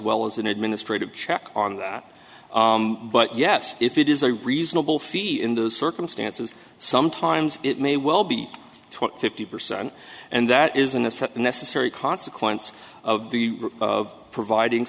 well as an administrative check on that but yes if it is a reasonable fee in those circumstances sometimes it may well be twenty fifty percent and that isn't a set a necessary consequence of the of providing